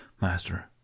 master